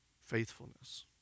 faithfulness